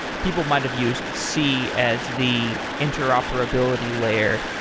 people might have used c as the interoperability layer.